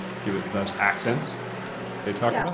give it those accents that